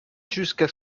jusqu’à